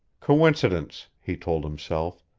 coincidence, he told himself.